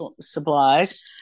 supplies